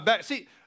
See